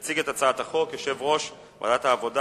יציג את הצעת החוק יושב-ראש ועדת העבודה,